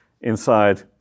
inside